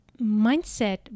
mindset